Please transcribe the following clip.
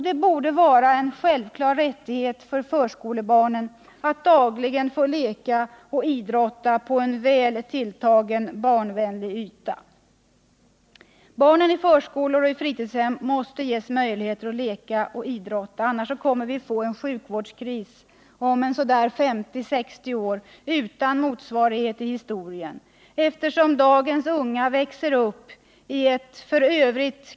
Det borde vara en självklar rättighet för förskolebarnen att dagligen få leka och idrotta på en väl tilltagen barnvänlig yta. Barnen i förskolor och i fritidshem måste ges möjligheter att leka och idrotta. Annars kommer vi att få en sjukvårdskris om 50-60 år utan motsvarighet i historien, eftersom dagens unga växer upp i ett f.ö.